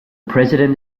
president